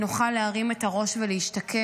נוכל להרים את הראש ולהשתקם.